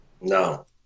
no